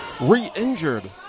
re-injured